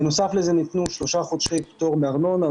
בנוסף לזה ניתנו שלושה חודשי פטור מארנונה,